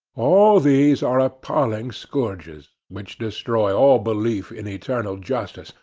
all these are appalling scourges, which destroy all belief in eternal justice,